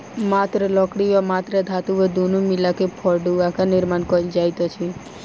मात्र लकड़ी वा मात्र धातु वा दुनू मिला क फड़ुआक निर्माण कयल जाइत छै